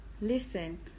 Listen